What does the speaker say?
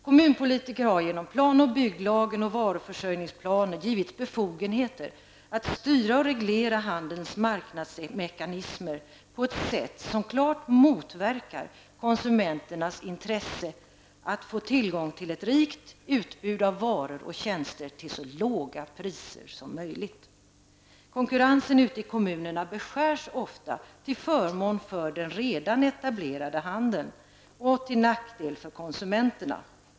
Kommunpolitiker har ju genom plan och bygglagen och varuförsörjningsplaner givits befogenheter att styra och reglera handelns marknadsmekanismer på ett sätt som klart motverkar konsumenternas intresse att få tillgång till ett rikt utbud av varor och tjänster till så låga priser som möjligt. Konkurrensen ute i kommunerna beskärs ofta till förmån för den redan etablerade handeln men till nackdel för konsumenterna.